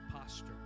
posture